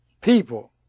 people